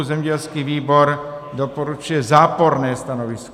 Zemědělský výbor doporučuje záporné stanovisko.